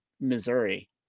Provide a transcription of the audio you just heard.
Missouri